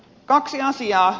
kaksi asiaa